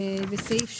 בסעיף 3,